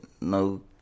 No